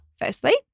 firstly